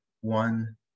one